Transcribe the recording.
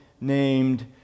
named